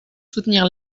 soutenir